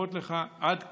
ואומרות לך: עד כאן.